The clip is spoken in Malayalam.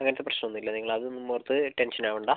അങ്ങനത്തെ പ്രശ്നം ഒന്നുമില്ല നിങ്ങൾ അതൊന്നും ഓർത്ത് ടെൻഷൻ ആവേണ്ട